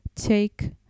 take